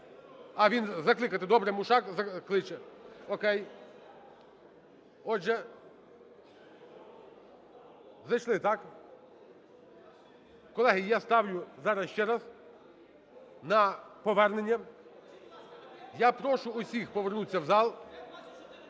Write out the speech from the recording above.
А, він закликати? Добре, Мушак закличе, окей. Отже, зайшли так? Колеги, я ставлю зараз ще раз на повернення. Я прошу всіх повернутись в зал.